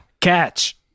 Catch